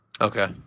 Okay